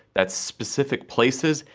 that's specific places,